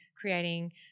creating